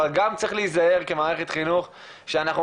אבל גם צריך להיזהר כמערכת חינוך שאנחנו